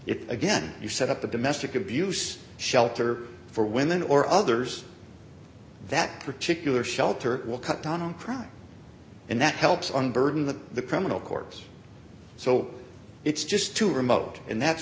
if again you set up a domestic abuse shelter for women or others that particular shelter will cut down on crime and that helps unburden the the criminal court so it's just too remote and that's